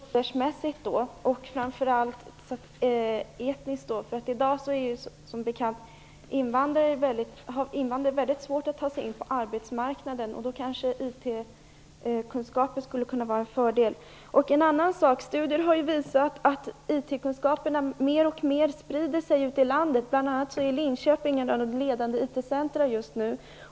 Fru talman! Jag vill säga till statsrådet att det är positivt att även andra aspekter av IT-utvecklingen tas upp, såsom fördelning av kunskaper mellan pojkar och flickor - män och kvinnor - både åldersmässigt och framför allt etniskt. Invandrare har ju som bekant i dag mycket svårt att ta sig in på arbetsmarknaden. IT-kunskaper skulle då kanske kunna utgöra en fördel. Av studier har det ju framkommit att IT-kunskaper sprider sig mer och mer ute i landet, bl.a. är Linköping ett av de ledande IT-centrum just nu.